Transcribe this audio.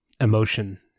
emotion